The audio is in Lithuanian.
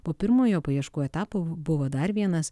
po pirmojo paieškų etapo buvo dar vienas